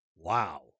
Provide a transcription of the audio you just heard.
Wow